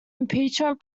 impeachment